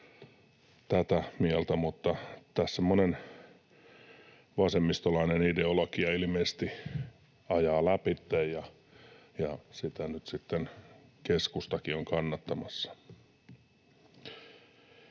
tätä mieltä, mutta tässä monen vasemmistolainen ideologia ilmeisesti ajaa läpi, ja sitä nyt sitten keskustakin on kannattamassa.